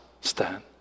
stand